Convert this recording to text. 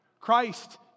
Christ